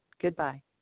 Goodbye